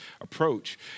approach